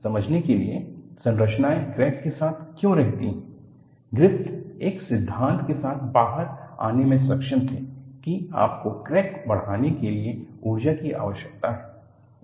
संदर्भ स्लाइड समय 0912 समझाने के लिए संरचनाएं क्रैक के साथ क्यों रहती हैं ग्रिफ़िथ एक सिद्धांत के साथ बाहर आने में सक्षम थे कि आपको क्रैक बढ़ाने के लिए ऊर्जा की आवश्यकता है